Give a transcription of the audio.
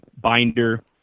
binder